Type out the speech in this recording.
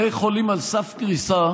בתי חולים על סף קריסה,